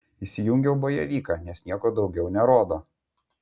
įsijungiau bojevyką nes nieko daugiau nerodo